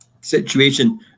situation